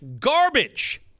garbage